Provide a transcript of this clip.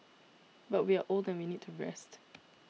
but we are old and we need to rest